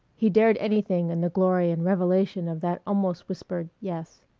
he dared anything in the glory and revelation of that almost whispered yes.